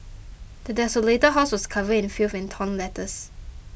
the desolated house was covered in filth and torn letters